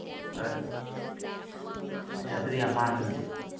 ꯑ ꯑꯦ ꯑꯗꯨꯗꯤ ꯌꯥꯝ ꯃꯥꯡꯉꯤꯍꯦ